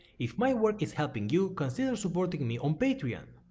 if my work is helping you, consider supporting me on patreon.